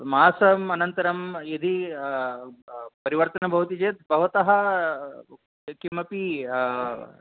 मासम् अनन्तरं यदि परिवर्तनं भवति चेत् भवतः किमपि